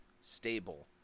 stable